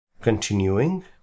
Continuing